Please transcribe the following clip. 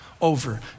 over